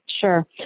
Sure